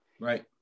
Right